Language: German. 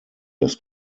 das